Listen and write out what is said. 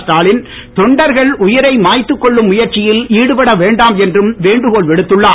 ஸ்டாலின் தொண்டர்கன் உயிரை மாய்த்துக்கொன்ளும் முயற்சியில் ஈடுபட வேண்டாம் என்றும் வேண்டுகோள் விடுத்துள்ளார்